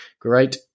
great